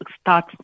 start